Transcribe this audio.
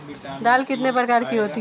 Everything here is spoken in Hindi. दाल कितने प्रकार की होती है?